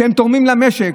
כשהן תורמות למשק,